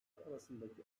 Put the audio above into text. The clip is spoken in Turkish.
arasındaki